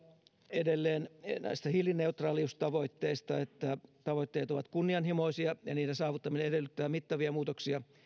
edelleen näistä hiilineutraaliustavoitteista että tavoitteet ovat kunnianhimoisia ja niiden saavuttaminen edellyttää mittavia muutoksia